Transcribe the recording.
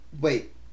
wait